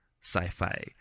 sci-fi